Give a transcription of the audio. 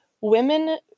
women